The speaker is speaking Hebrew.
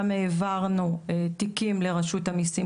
גם העברנו תיקים לרשות המיסים,